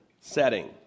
setting